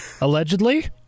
allegedly